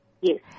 yes